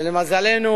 שלמזלנו